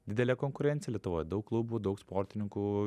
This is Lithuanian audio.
didelė konkurencija lietuvoj daug klubų daug sportininkų